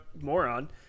moron